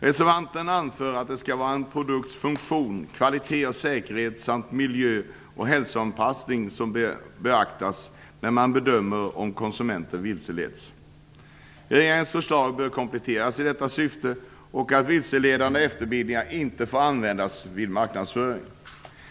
Reservanten anför att det skall vara en produkts funktion, kvalitet, säkerhet samt miljö och hälsoanpassning som bör beaktas när man bedömer om konsumenten vilseleds. Reservanten menar att regeringens förslag bör kompletteras i detta syfte och att vilseledande efterbildningar inte får användas vid marknadsföring.